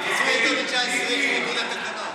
אסור יותר מ-19 על פי התקנות.